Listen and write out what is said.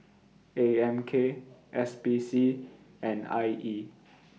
A M K S P C and I E